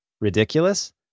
ridiculous